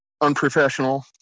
unprofessional